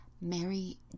Mary